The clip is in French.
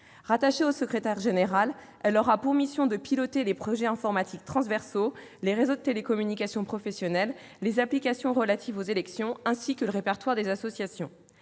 Rattachée au secrétaire général, cette structure aura pour mission de piloter les projets informatiques transversaux, les réseaux de télécommunications professionnels, les applications relatives aux élections ainsi que le répertoire des associations.